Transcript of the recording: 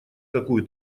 какую